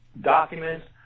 documents